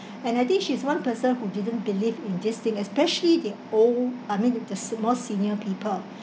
and I think she is one person who didn't believe in this thing especially the old I mean the s~ more senior people